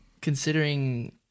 considering